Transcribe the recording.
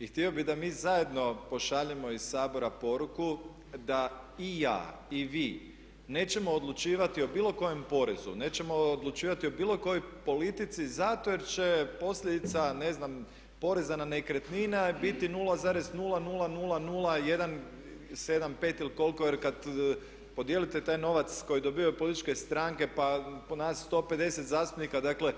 I htio bi da mi zajedno pošaljemo iz Sabora poruku da i ja i vi nećemo odlučivati o bilo kojem porezu, nećemo odlučivati o bilo kojoj politici zato jer će posljedica ne znam poreza na nekretnine biti 0,0000175 il koliko, jer kad podijelite taj novac koji dobivaju političke stranke pa po nas 150 zastupnika, dakle